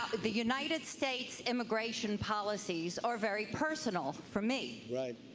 the united states immigration policies are very personal for me. right.